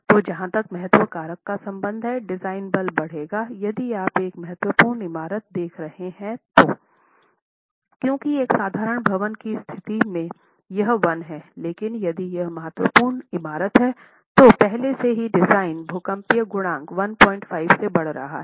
तो जहां तक महत्व कारक का संबंध है डिजाइन बल बढ़ेगा यदि आप एक महत्वपूर्ण इमारत देख रहे हैं तो क्योंकि एक साधारण भवन की स्थिति Iमें यह 1 है लेकिन यदि यह महत्वपूर्ण इमारत है तो पहले से ही डिजाइन भूकंपीय गुणांक 15 से बढ़ रहा है